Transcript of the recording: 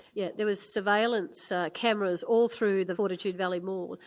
yes, there was surveillance cameras all through the fortitude valley mall.